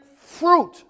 fruit